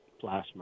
plasma